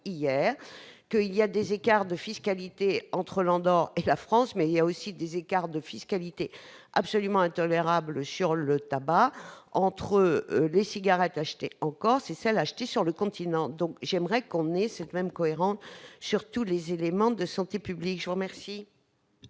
existe des écarts de fiscalité entre l'Andorre et la France, mais il existe aussi des écarts de fiscalité absolument intolérables entre les cigarettes achetées en Corse et celles achetées sur le continent. J'aimerais que l'on ait la même cohérence sur tous les éléments de santé publique. Je mets aux voix